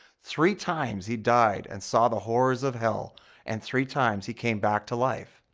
three times he died and saw the horrors of hell and three times he came back to life.